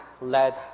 led